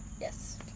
Yes